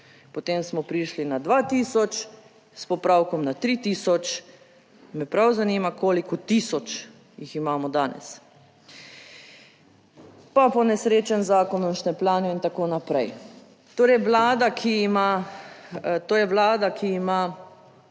potem smo prišli na 2000 s popravkom na 3000, me prav zanima koliko tisoč jih imamo danes. Pa ponesrečen zakon o štempljanju in tako naprej. Torej, vlada, ki ima,